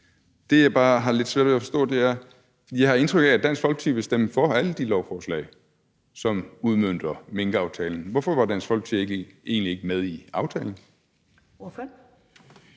noget, jeg har lidt svært ved at forstå, da jeg har indtryk af, at Dansk Folkeparti vil stemme for alle de lovforslag, som udmønter minkaftalen: Hvorfor var Dansk Folkeparti egentlig ikke med i aftalen? Kl.